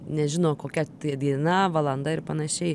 nežino kokia tai diena valanda ir panašiai